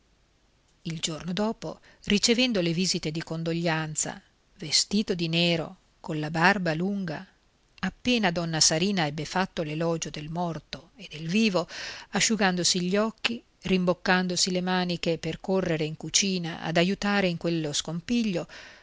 il giorno dopo ricevendo le visite di condoglianza vestito di nero colla barba lunga appena donna sarina ebbe fatto l'elogio del morto e del vivo asciugandosi gli occhi rimboccandosi le maniche per correre in cucina ad aiutare in quello scompiglio